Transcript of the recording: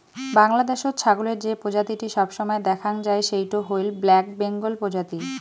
বাংলাদ্যাশত ছাগলের যে প্রজাতিটি সবসময় দ্যাখাং যাই সেইটো হইল ব্ল্যাক বেঙ্গল প্রজাতি